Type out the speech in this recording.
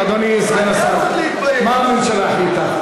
אדוני סגן השר, מה הממשלה החליטה?